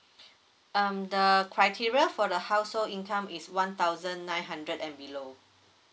um the criteria for the household income is one thousand nine hundred and below